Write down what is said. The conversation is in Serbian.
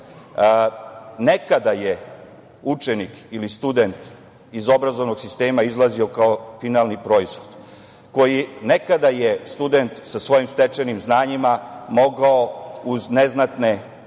Nekada je učenik ili student iz obrazovnog sistema izlazio kao finalni proizvod. Nekada je student sa svojim stečenim znanjima mogao uz neznatne izmene